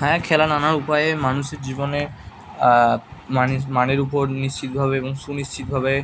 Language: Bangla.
হ্যাঁ খেলা নানা উপায়ে মানুষের জীবনে মানে মানের উপর নিশ্চিতভাবে এবং সুনিশ্চিতভাবে